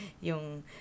Yung